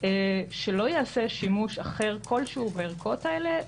שלא ייעשה שימוש אחר כלשהו בערכות האלה,